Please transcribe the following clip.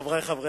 חולה